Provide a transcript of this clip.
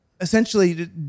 essentially